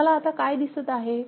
तुम्हाला आता काय दिसत आहे